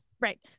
Right